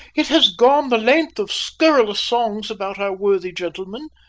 it has gone the length of scurrilous songs about our worthy gentleman.